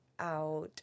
out